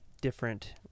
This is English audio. different